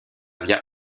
via